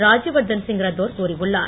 Rajyavardhan Singh Rathore கூறியுள்னார்